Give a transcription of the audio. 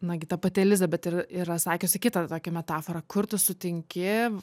nagi ta pati elizabet ir yra sakiusi kitą tokią metaforą kur tu sutinki